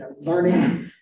learning